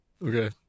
Okay